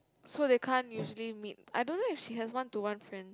so they can't usually meet I don't know if she has one to one friends